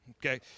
Okay